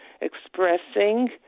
expressing